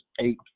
eight